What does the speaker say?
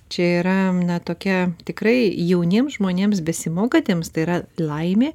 čia yra na tokia tikrai jauniems žmonėms besimokantiems tai yra laimė